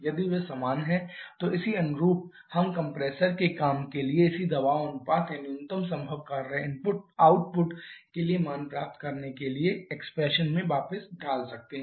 यदि वे समान हैं तो इसी अनुरूप हम कंप्रेसर के काम के लिए इसी दबाव अनुपात या न्यूनतम संभव कार्य आउटपुट के लिए मान प्राप्त करने के लिए एक्सप्रेसन में वापस डाल सकते हैं